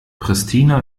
pristina